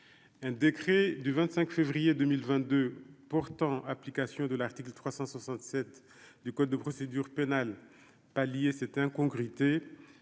un décret du 25 février 2022 portant application de l'article 367 du code de procédure pénale pallier cette incongruité